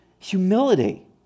humility